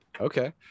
Okay